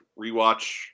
rewatch